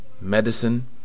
Medicine